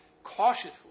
cautiously